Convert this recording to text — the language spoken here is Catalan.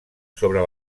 sobre